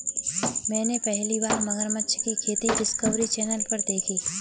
मैंने पहली बार मगरमच्छ की खेती डिस्कवरी चैनल पर देखी